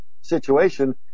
situation